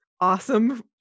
awesome